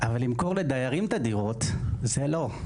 אבל למכור לדיירים את הדירות זה לא.